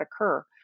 occur